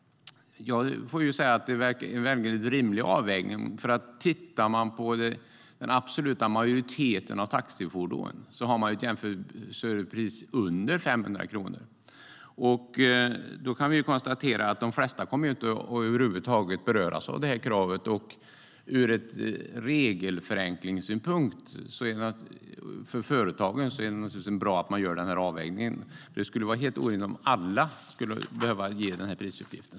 Jag får säga att det är en rimlig avvägning. Tittar vi på den absoluta majoriteten av taxifordon ser vi att de har jämförpriser under 500 kronor. Då kan vi konstatera att de flesta över huvud taget inte kommer att beröras av detta krav. Ur regelförenklingssynpunkt är det bra för företagen att denna avvägning görs. Det skulle vara helt orimligt om alla behövde lämna en prisuppgift.